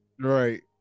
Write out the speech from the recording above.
right